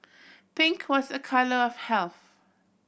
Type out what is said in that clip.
pink was a colour of health